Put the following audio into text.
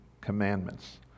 commandments